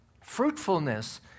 Fruitfulness